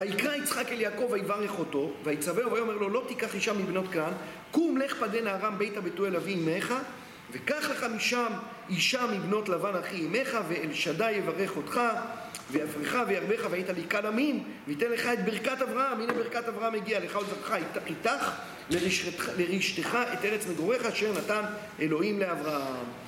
וַיִּקְרָא יִצְחָק אֶל יַעֲקֹב וַיְבָרֶךְ אֹתוֹ וַיְצַוֵּהוּ וַיֹּאמֶר לוֹ לֹא תִקַּח אִשָּׁה מִבְּנוֹת כְּנָעַן. קוּם לֵךְ פַּדֶּנָה אֲרָם בֵּיתָה בְתוּאֵל אֲבִי אִמֶּךָ וְקַח לְךָ מִשָּׁם אִשָּׁה מִבְּנוֹת לָבָן אֲחִי אִמֶּךָ. וְאֵל שַׁדַּי יְבָרֵךְ אֹתְךָ וְיַפְרְךָ וְיַרְבֶּךָ וְהָיִיתָ לִקְהַל עַמִּים. וְיִתֶּן לְךָ אֶת בִּרְכַּת אַבְרָהָם, הנה ברכת אברהם הגיעה, לְךָ וּלְזַרְעֲךָ אִתָּךְ לְרִשְׁתְּךָ אֶת אֶרֶץ מְגֻרֶיךָ אֲשֶׁר נָתַן אֱלֹהִים לְאַבְרָהָם.